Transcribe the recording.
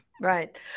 Right